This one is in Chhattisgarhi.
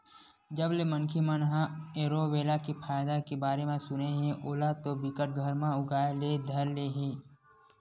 जब ले मनखे मन ह एलोवेरा के फायदा के बारे म सुने हे ओला तो बिकट घर म उगाय ले धर ले हे